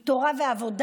היא תורה ועבודה,